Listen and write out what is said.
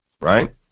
right